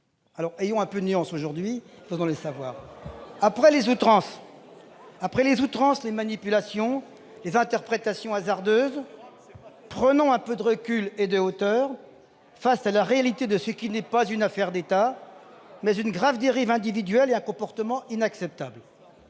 »? Ayons un peu de nuance aujourd'hui et faisons le savoir. Après les outrances, les manipulations et les interprétations hasardeuses, prenons un peu de recul et de hauteur face à la réalité de ce qui est non pas une affaire d'État, mais une grave dérive individuelle et un comportement inacceptable.